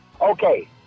Okay